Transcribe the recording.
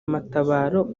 matabaro